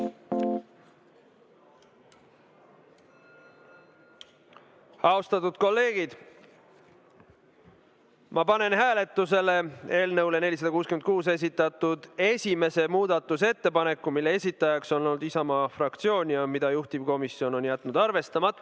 Austatud kolleegid, ma panen hääletusele eelnõu 466 kohta esitatud esimese muudatusettepaneku, mille esitajaks on Isamaa fraktsioon ja mille juhtivkomisjon on jätnud arvestamata.